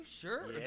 sure